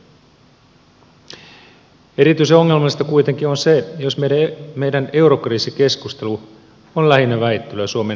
erityisen ongelmallista kuitenkin on se jos meidän eurokriisikeskustelumme on lähinnä väittelyä suomen tukiriskien vakuuksista